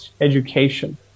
education